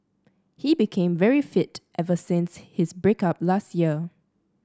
he became very fit ever since his break up last year